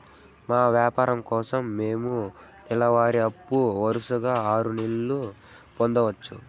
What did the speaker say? మా వ్యాపారం కోసం మేము నెల వారి అప్పు వరుసగా ఆరు నెలలు పొందొచ్చా?